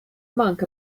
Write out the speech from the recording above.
monk